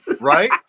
right